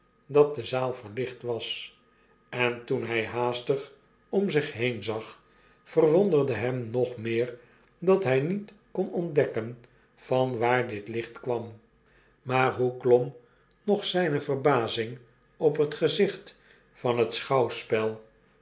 dat de zaal verlicht was en toen hg haastig om zich heen zag verwonderde hem nog meer dat hij niet konontdekken van waar dit licht kwam maar hoe klom nog zijne verbazing op het gezicht van het schouwspel